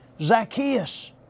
Zacchaeus